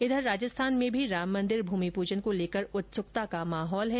इधर राजस्थान में भी राम मंदिर भूमि पूजन को लेकर उत्सुकता का माहौल है